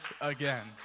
again